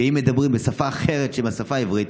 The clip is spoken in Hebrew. שאם מדברים בשפה אחרת שהיא לא השפה העברית,